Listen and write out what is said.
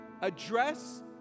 address